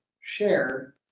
share